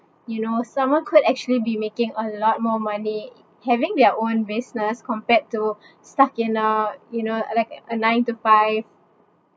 you know someone could actually be making a lot more money having their own business compared to stuck in a you know uh like a nine to five